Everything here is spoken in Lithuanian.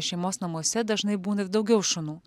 šeimos namuose dažnai būna ir daugiau šunų